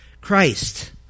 Christ